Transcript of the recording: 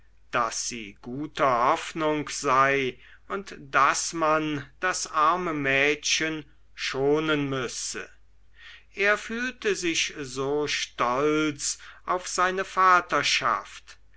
daß sie guter hoffnung sei und daß man das arme mädchen schonen müsse er fühlte sich so stolz auf seine vaterschaft